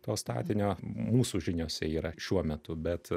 to statinio mūsų žiniose yra šiuo metu bet